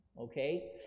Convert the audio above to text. Okay